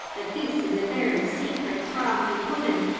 that this is a very secret, crafty puddin',